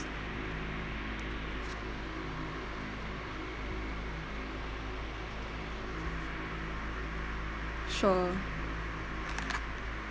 sure